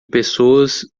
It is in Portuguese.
pessoas